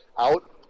out